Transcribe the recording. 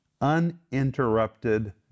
uninterrupted